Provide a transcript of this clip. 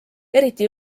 eriti